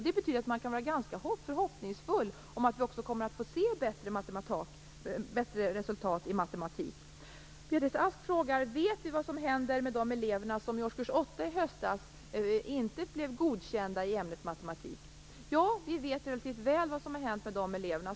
Det betyder att man kan vara ganska förhoppningsfull om att vi också kommer att få se bättre resultat i matematik. Ja, vi vet relativt väl vad som har hänt med dessa elever.